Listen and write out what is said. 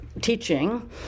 teaching